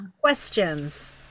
Questions